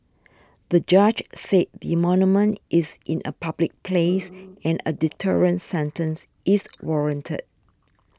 the judge said the monument is in a public place and a deterrent sentence is warranted